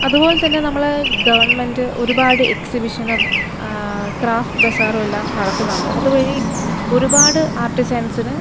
അതു പോലെ തന്നെ നമ്മളെ ഗവണ്മെൻറ്റ് ഒരുപാട് എക്സിബിഷനും ക്രാഫ്റ്റ് ബസാറും എല്ലാം നടത്തുന്നുണ്ട് അതു വഴി ഒരുപാട് ആർട്ട് ചാൻസിന്